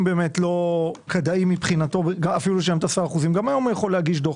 אם לא כדאי מבחינתו לשלם את ה-10% גם היום הוא יכול להגיש דו"ח.